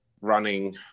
running